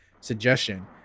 suggestion